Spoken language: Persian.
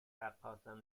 رقاصم